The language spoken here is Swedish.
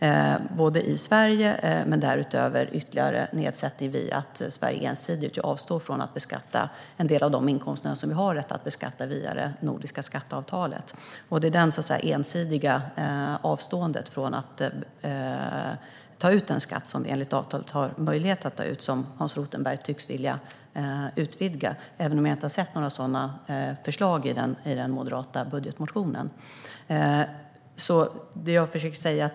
Detta gäller i Sverige, och därutöver finns även ytterligare nedsättning eftersom Sverige ensidigt avstår från att beskatta en del av de inkomster som vi har rätt att beskatta via det nordiska skatteavtalet. Det är detta ensidiga avstående från att ta ut skatt som vi enligt avtalet har möjlighet att ta ut som Hans Rothenberg tycks vilja utvidga, även om jag inte har sett några sådana förslag i den moderata budgetmotionen.